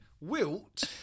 Wilt